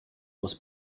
was